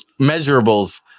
measurables